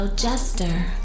Jester